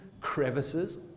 crevices